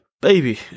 Baby